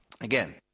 again